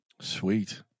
Sweet